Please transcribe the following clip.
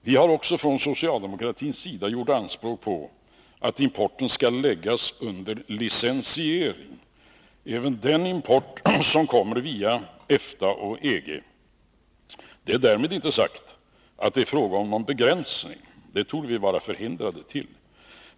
Vi har från socialdemokratin också gjort anspråk på att importen skall läggas under licensiering. Det gäller även den import som kommer via EFTA och EG. Därmed är det inte sagt att det är fråga om någon begränsning; det torde vi vara förhindrade till.